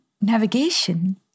navigation